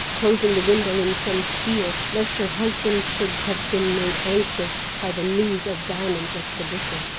closing the window in some fear lest her husband should have been made anxious by the news of diamond's expedition.